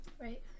Right